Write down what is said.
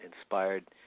inspired